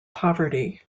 poverty